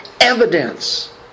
evidence